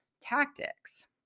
tactics